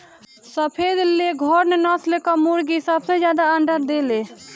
सफ़ेद लेघोर्न नस्ल कअ मुर्गी सबसे ज्यादा अंडा देले